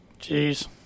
Jeez